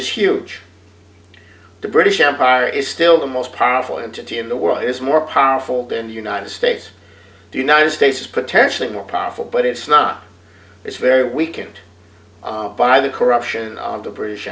is huge the british empire is still the most powerful entity in the world is more powerful than the united states the united states is potentially more powerful but it's not it's very weakened by the corruption of the british